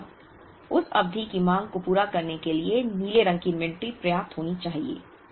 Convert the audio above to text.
इसी तरह उस अवधि की मांग को पूरा करने के लिए नीले रंग की इन्वेंट्री पर्याप्त होनी चाहिए